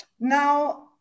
now